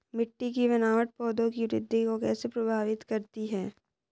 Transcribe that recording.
मिट्टी की बनावट पौधों की वृद्धि को कैसे प्रभावित करती है?